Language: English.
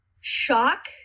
shock